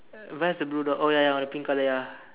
uh where's the blue dot oh ya ya on the pink color ya